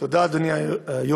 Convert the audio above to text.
תודה, אדוני היו"ר.